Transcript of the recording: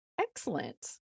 Excellent